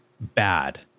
bad